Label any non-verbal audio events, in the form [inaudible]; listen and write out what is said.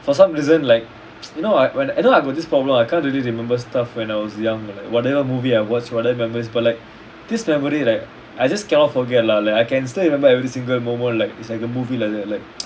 for some reason like [noise] you know I when I got this problem I can't really remember stuff when I was young like whatever movie I watch whatever memories but like this memory like I just cannot forget lah like I can still remember every single moment like it's like a movie like that like [noise]